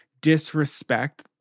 disrespect